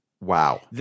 Wow